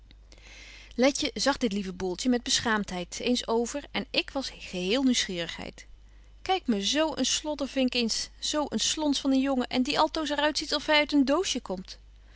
letje zag dit lieve boeltje met beschaamtheid eens over en ik was geheel nieuwsgierigheid kyk me zo een sloddervink eens zo een slons van een jongen en die altoos er uit ziet of hy uit een doosje komt